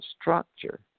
structure